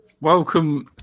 welcome